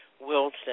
Wilson